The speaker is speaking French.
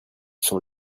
sont